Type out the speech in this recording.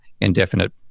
indefinite